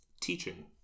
Teaching